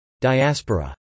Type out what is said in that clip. Diaspora